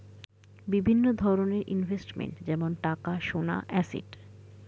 বিভিন্ন ধরনের ইনভেস্টমেন্ট যেমন টাকা, সোনা, অ্যাসেট